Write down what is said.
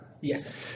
Yes